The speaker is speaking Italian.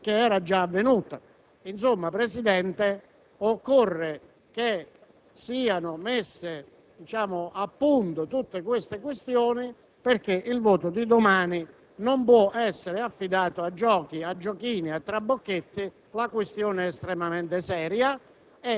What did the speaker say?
essendo già avvenuta. Insomma, Presidente, occorre che siano messe a punto tutti questi aspetti, perché la votazione di domani non può essere affidata a giochi, giochini e trabocchetti. La questione è estremamente seria